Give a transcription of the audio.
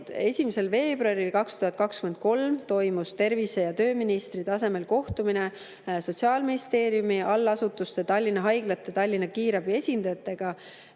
1. veebruaril 2023 toimus tervise‑ ja tööministri tasemel kohtumine Sotsiaalministeeriumi allasutuste, Tallinna haiglate ja Tallinna Kiirabi esindajatega,